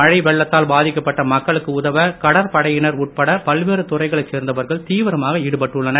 மழை வெள்ளத்தால் பாதிக்கப்பட்ட மக்களுக்கு உதவ கடற்படையினர் உட்பட பல்வேறு துறைகளைச் சேர்ந்தவர்கள் தீவிரமாக ஈடுபட்டுள்ளனர்